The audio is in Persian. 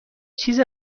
چیز